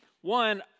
One